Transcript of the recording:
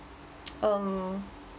um